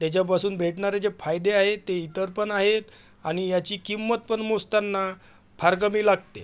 त्याच्यापासून भेटणारे जे फायदे आहे ते इतर पण आहे आणि याची किंमत पण मोजताना फार कमी लागते